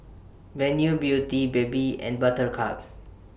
Venus Beauty Bebe and Buttercup